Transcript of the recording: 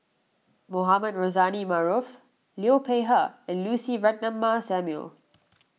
Mohamed Rozani Maarof Liu Peihe and Lucy Ratnammah Samuel